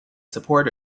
support